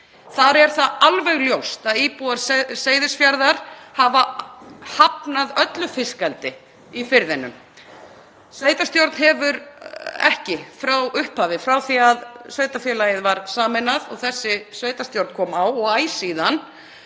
Þar er það alveg ljóst að íbúar Seyðisfjarðar hafa hafnað öllu fiskeldi í firðinum. Sveitarstjórn hefur frá upphafi, frá því að sveitarfélagið var sameinað og þessi sveitarstjórn komst á og æ síðan,